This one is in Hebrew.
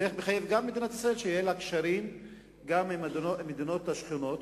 זה מחייב את מדינת ישראל שיהיו לה קשרים גם עם המדינות השכנות,